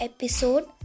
Episode